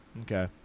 Okay